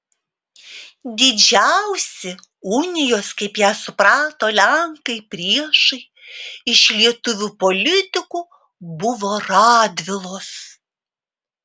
didžiausi unijos kaip ją suprato lenkai priešai iš lietuvių politikų buvo radvilos